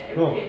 no